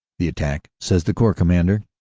the attack, says the corps commander,